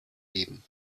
geben